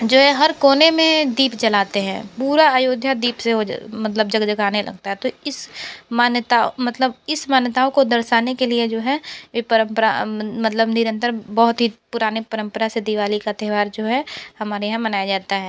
जो है हर कोने में दीप जलाते हैं पूरा अयोध्या दीप से हो ज मतलब जगजगाने लगता है तो इस मान्यता मतलब इस मान्यताओं को दर्शाने के लिए जो है ये परम्परा मतलब निरंतर बहुत ही पुराने परम्परा से दिवाली का त्यौहार जो है हमारे यहाँ मनाया जाता है